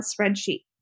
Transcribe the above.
spreadsheet